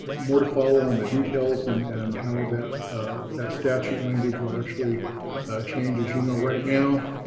more to follow on the details and and how that statute language will actually change. as you know, right now,